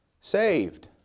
saved